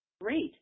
Great